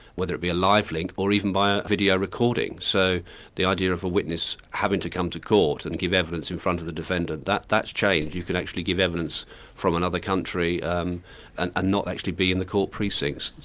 whether it be a live link or even by a video recording. so the idea of a witness having to come to court and give evidence in front of the defendant, that's changed, you can actually give evidence from another country um and ah not actually be in the court precincts.